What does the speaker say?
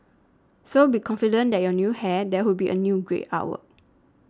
so be confident that your new hair there would be a great artwork